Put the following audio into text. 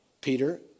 Peter